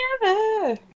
together